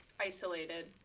isolated